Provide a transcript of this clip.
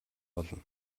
болно